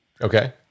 Okay